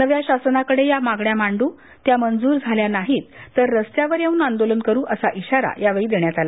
नव्या शासनाकडे या मागण्या मांडू त्या मंजूर झाल्या नाहीत तर रस्त्यावर येऊन आंदोलन करू असा इशारा यावेळी देण्यात आला